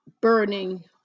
burning